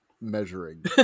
measuring